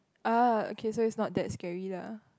ah okay so it's not that scary lah